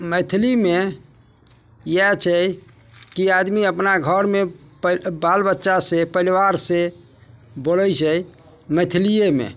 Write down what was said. मैथिलीमे इएह छै कि आदमी अपना घरमे पै बाल बच्चासँ परिवारसँ बोलै छै मैथिलियेमे